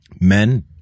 Men